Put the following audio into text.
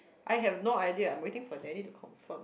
I have no idea I'm waiting Danny to confirm